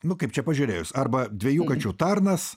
nu kaip čia pažiūrėjus arba dviejų kačių tarnas